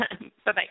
Bye-bye